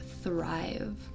thrive